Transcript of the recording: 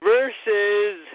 Versus